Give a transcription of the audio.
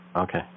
Okay